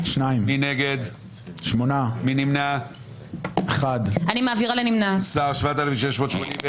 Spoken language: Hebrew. הצבעה לא אושרה ההסתייגות הוסרה.